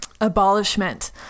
abolishment